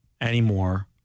anymore